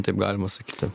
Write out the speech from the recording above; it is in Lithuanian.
taip galima sakyti